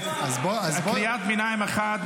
קריאת ביניים אחת,